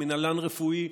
הוא מינהלן רפואי,